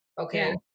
okay